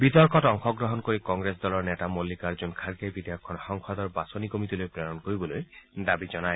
বিতৰ্কত অংশগ্ৰহণ কৰি কংগ্ৰেছ দলৰ নেতা মন্নিকাৰ্জুন খাৰ্গে বিধেয়কখন সদনৰ বাছনি কমিটীলৈ প্ৰেৰণ কৰিবলৈ দাবী জনায়